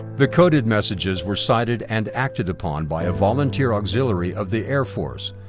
the coded messages were sighted and acted upon by a volunteer auxiliary of the air force,